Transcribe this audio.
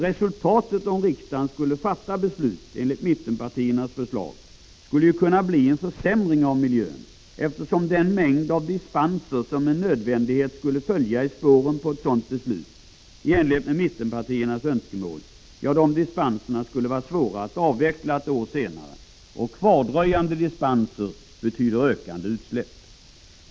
Resultatet om riksdagen skulle fatta beslut enligt mittenpartiernas förslag skulle kunna bli en försämring av miljön, eftersom den mängd av dispenser som med nödvändighet skulle följa i spåren på ett beslut i enlighet med mittenpartiernas önskemål skulle vara svåra att avveckla ett år senare. Och kvardröjande dispenser betyder ökande utsläpp.